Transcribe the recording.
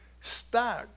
start